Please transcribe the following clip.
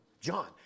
John